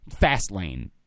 Fastlane